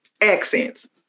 accents